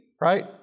right